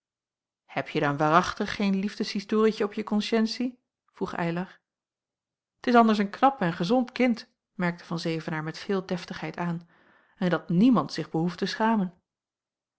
heb je dan waarachtig geen liefdeshistorietje op je konscientie vroeg eylar t is anders een knap en gezond kind merkte van zevenaer met veel deftigheid aan en dat niemand zich behoeft te schamen